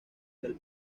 del